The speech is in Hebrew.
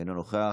אינו נוכח.